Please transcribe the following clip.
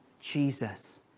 Jesus